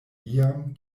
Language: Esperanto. iam